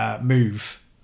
Move